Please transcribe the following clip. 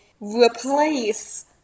replace